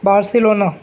Barcelona